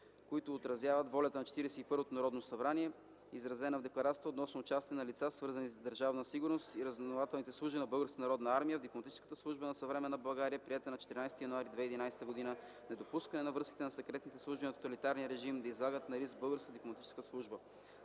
които отразяват волята на Четиридесет и първото Народно събрание, изразена в Декларацията относно участие на лица, свързани с Държавна сигурност и разузнавателните служби на Българската народна армия, в дипломатическата служба на съвременна България, приета на 14 януари 2011 г. – недопускане на връзките със секретните служби на тоталитарния режим да излагат на риск българската дипломатическа служба.